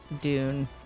dune